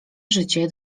życie